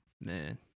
man